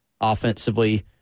Offensively